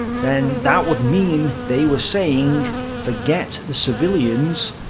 then that would mean they were saying forget the civilians,